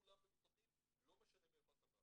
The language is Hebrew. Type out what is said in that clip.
כולם מבוטחים לא משנה מאיפה אתה בא.